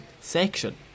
section